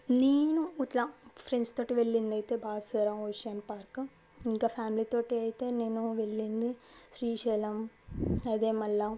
నేను ఇట్లా ఫ్రెండ్స్ తోటి వెళ్ళింది అయితే బాసర ఓషన్ పార్క్ ఇంకా ఫ్యామిలీ తోటి అయితే నేను వెళ్ళింది శ్రీశైలం అదే మల్ల